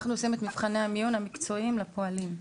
אנחנו עושים את מבחני המיון המקצועיים לפועלים.